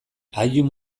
allium